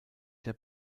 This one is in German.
der